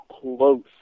close